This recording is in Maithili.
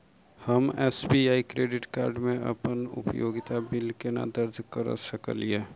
हम एस.बी.आई क्रेडिट कार्ड मे अप्पन उपयोगिता बिल केना दर्ज करऽ सकलिये?